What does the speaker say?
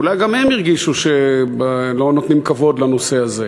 אולי גם הם הרגישו שלא נותנים כבוד לנושא הזה.